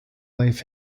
life